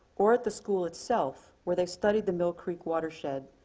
or at the school itself where they studied the mill creek watershed,